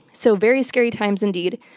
so very scary times indeed.